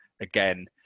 Again